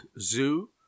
Zoo